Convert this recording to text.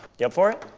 you up for it?